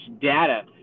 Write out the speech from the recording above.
data